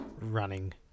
Running